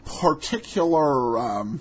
particular